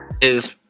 Is-